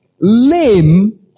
lame